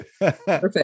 Perfect